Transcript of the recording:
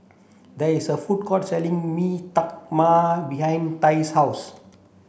there is a food court selling Mee Tai Mak behind Tai's house